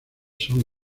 son